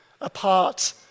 apart